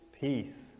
Peace